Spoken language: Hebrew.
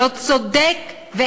לא צודק,